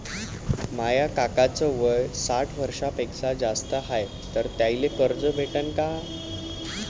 माया काकाच वय साठ वर्षांपेक्षा जास्त हाय तर त्याइले कर्ज भेटन का?